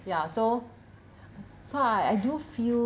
ya so so I I do feel